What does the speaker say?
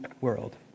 world